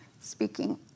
speaking